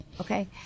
Okay